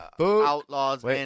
Outlaws